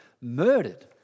murdered